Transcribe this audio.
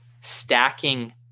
stacking